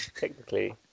Technically